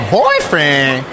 boyfriend